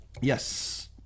yes